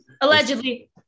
Allegedly